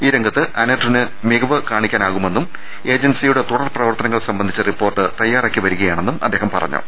ഈ രംഗത്ത് അനർട്ടിന് മികവ് കാണിക്കാനാകുമെന്നും ഏജൻസിയുടെ തുടർ പ്രവർത്തനങ്ങൾ സംബന്ധിച്ച റിപ്പോർട്ട് തയാറാക്കി വരികയാ ണെന്നും അദ്ദേഹം പറഞ്ഞു